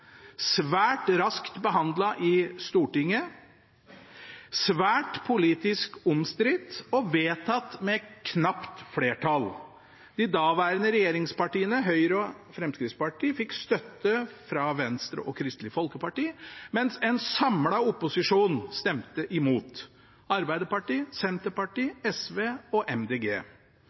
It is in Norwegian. svært raskt behandlet i Stortinget, svært politisk omstridt og vedtatt med knapt flertall. De daværende regjeringspartiene, Høyre og Fremskrittspartiet, fikk støtte fra Venstre og Kristelig Folkeparti, mens en samlet opposisjon stemte imot – Arbeiderpartiet, Senterpartiet, SV og MDG.